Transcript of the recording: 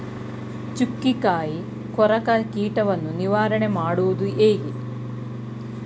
ಚುಕ್ಕಿಕಾಯಿ ಕೊರಕ ಕೀಟವನ್ನು ನಿವಾರಣೆ ಮಾಡುವುದು ಹೇಗೆ?